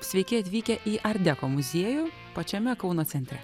sveiki atvykę į art deko muziejų pačiame kauno centre